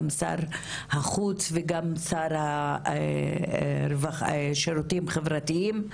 גם שר החוץ וגם שר השירותים החברתיים,